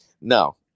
no